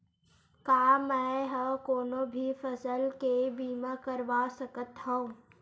का मै ह कोनो भी फसल के बीमा करवा सकत हव?